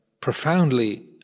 profoundly